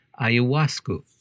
Ayahuasca